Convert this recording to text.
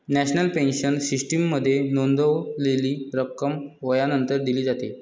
national pension सिस्टीममध्ये नोंदवलेली रक्कम वयानंतर दिली जाते